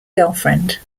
girlfriend